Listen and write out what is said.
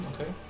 okay